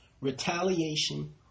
retaliation